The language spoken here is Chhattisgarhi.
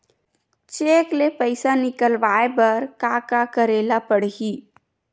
चेक ले पईसा निकलवाय बर का का करे ल पड़हि?